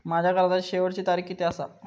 माझ्या कर्जाची शेवटची तारीख किती आसा?